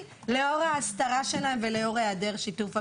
לאור ההסתרה שלהם ולאור היעדר שיתוף הפעולה.